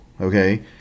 Okay